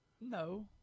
No